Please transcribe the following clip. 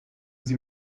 sie